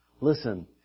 Listen